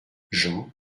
jean